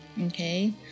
Okay